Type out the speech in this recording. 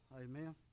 Amen